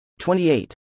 28